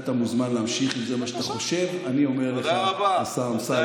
אתה מוזמן להמשיך, אם זה מה שאתה חושב, השר אמסלם.